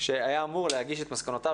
שהיה אמור להגיש את מסקנותיו,